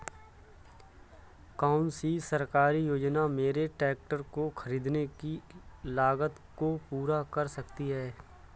कौन सी सरकारी योजना मेरे ट्रैक्टर को ख़रीदने की लागत को पूरा कर सकती है?